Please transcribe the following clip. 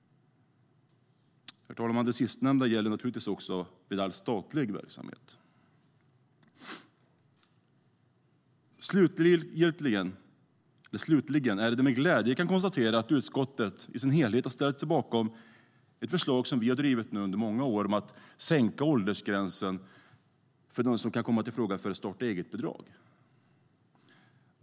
Det sistnämna gäller naturligtvis också vid all statlig verksamhet, herr talman. Slutligen kan jag med glädje konstatera att utskottet i sin helhet har ställt sig bakom det förslag som vi har drivit under många år om att sänka åldersgränsen för dem som kan komma i fråga för starta-eget-bidrag.